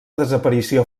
desaparició